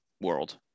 world